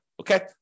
Okay